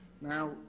Now